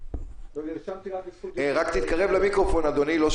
אדוני, רק תתקרב למיקרופון לא שומעים אותך.